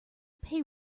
pay